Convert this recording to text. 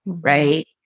Right